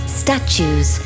statues